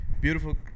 beautiful